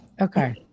Okay